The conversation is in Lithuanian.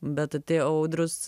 bet atėjo audrius